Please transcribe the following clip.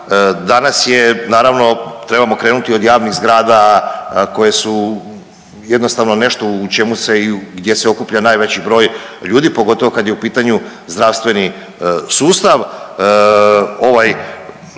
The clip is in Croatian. Danas je naravno trebamo krenuti od javnih zgrada koje su jednostavno nešto u čemu se i gdje se okuplja najveći broj ljudi pogotovo kad je u pitanju zdravstveni sustav.